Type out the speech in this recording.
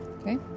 Okay